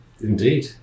indeed